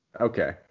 Okay